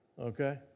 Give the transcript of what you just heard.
Okay